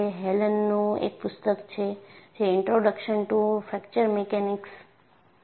હેલનનું એક પુસ્તક છે જે ઇન્ટ્રોડક્શન ટુ ફ્રેક્ચર મિકેનિક્સ પર છે